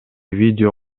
видео